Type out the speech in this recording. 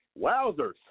Wowzers